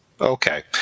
Okay